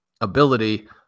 ability